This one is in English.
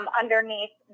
underneath